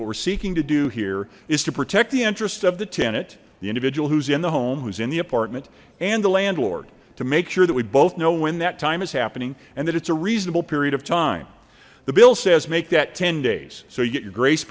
we're seeking to do here is to protect the interests of the tenant the individual who's in the home who's in the apartment and the landlord to make sure that we both know when that time is happening and that it's a reasonable period of time the bill says make that ten days so